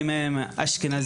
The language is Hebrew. אם הן אשכנזיות,